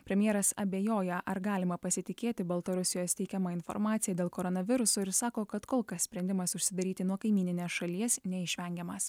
premjeras abejoja ar galima pasitikėti baltarusijos teikiama informacija dėl koronaviruso ir sako kad kol kas sprendimas užsidaryti nuo kaimyninės šalies neišvengiamas